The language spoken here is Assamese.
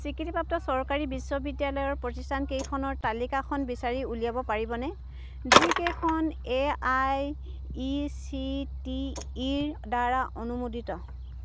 স্বীকৃতিপ্ৰাপ্ত চৰকাৰী বিশ্ববিদ্যালয় প্ৰতিষ্ঠানকেইখনৰ তালিকাখন বিচাৰি উলিয়াব পাৰিবনে যিকেইখন A I C T E ৰদ্বাৰা অনুমোদিত